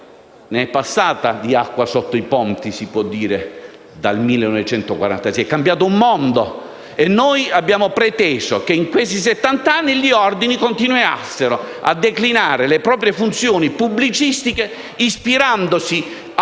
Ne è passata di acqua sotto i ponti dal 1946. È cambiato un mondo e noi abbiamo preteso che in questi 70 anni gli ordini continuassero a declinare le proprie funzioni pubblicistiche ispirandosi a